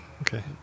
Okay